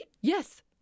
Yes